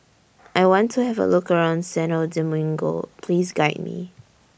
I want to Have A Look around Santo Domingo Please Guide Me